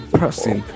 person